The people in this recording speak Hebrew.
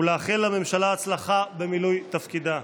ולאחל לממשלה הצלחה במילוי תפקידה.